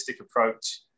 approach